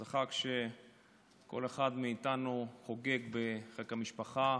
זה חג שכל אחד מאיתנו חוגג בחיק המשפחה.